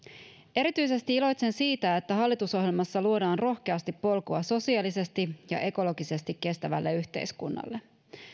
erityisesti iloitsen siitä että hallitusohjelmassa luodaan rohkeasti polkua sosiaalisesti ja ekologisesti kestävälle yhteiskunnalle